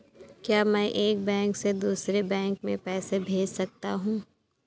क्या मैं एक बैंक से दूसरे बैंक में पैसे भेज सकता हूँ?